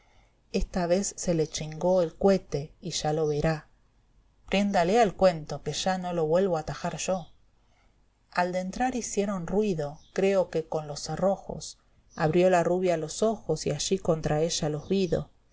esta vez se le chingó el cuete y ya lo verá priendalé al cuento que ya no lo vuelvo a atajar yo e del campo al dentrar hicieron mido creo que con los cerrojos abrió la rubia los ojos y allí contra ella los vido